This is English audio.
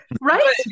right